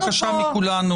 הארכה?